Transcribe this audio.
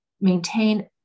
maintain